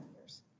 years